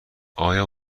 آیا